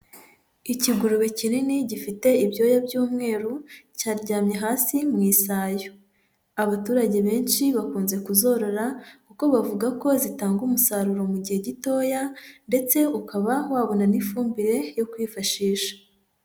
Ikigurube kinini gifite ibyoya by'umweru cyaryamye hasi mu isayo. Abaturage benshi bakunze kuzorora kuko bavuga ko zitanga umusaruro mu gihe gitoya ndetse ukaba wabona n'ifumbire yo kwifashisha.